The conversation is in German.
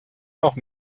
noch